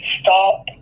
stop